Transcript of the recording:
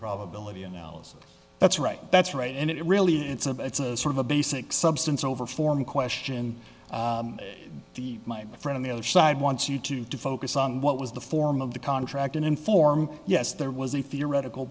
probability analysis that's right that's right and it really it's a it's a sort of a basic substance over form question deep my friend the other side wants you to to focus on what was the form of the contract and inform yes there was a theoretical